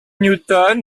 newton